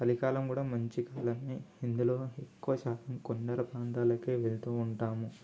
చలికాలం కూడా మంచికాలమే ఇందులో ఎక్కువశాతం కొండల ప్రాంతాలకి వెళ్తూ ఉంటాము